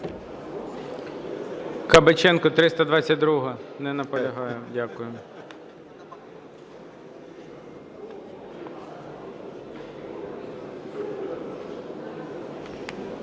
Кабаченко, 322-а. Не наполягає. Дякую.